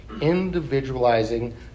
individualizing